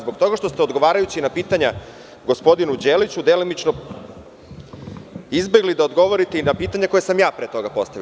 Zbog toga što ste, odgovarajući na pitanja gospodinu Đeliću, delimično izbegli da odgovorite i na pitanja koja sam ja pre toga postavio.